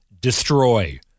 destroy